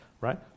right